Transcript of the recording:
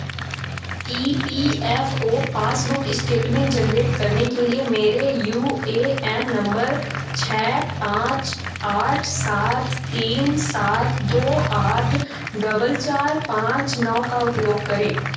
ई P F O passbook statement generate करने के लिए मेरे यू ए एन नंबर छः पाँच आठ सात तीन सात दो आठ डबल चार पाँच नौ का उपयोग करें